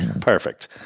perfect